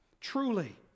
Truly